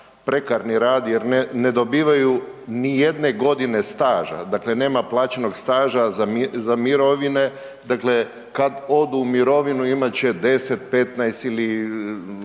prekarni rad jer ne dobivaju ni jedne godine staža, dakle nema plaćenog staža za mirovine, dakle kad odu u mirovinu imat će 10, 15 ili